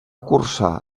cursar